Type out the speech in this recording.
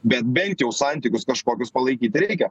bet bent jau santykius kažkokius palaikyti reikia